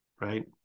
right